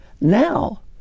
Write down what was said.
Now